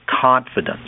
confidence